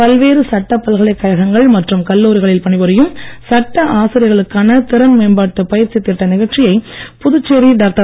பல்வேறு சட்டப் பல்கலைக் கழகங்கள் மற்றும் கல்லூரிகளில் பணிபுரியும் சட்ட ஆசிரியர்களுக்கான திறன் மேம்பாட்டு பயிற்சி திட்ட நிகழ்ச்சியை புதுச்சேரி டாக்டர்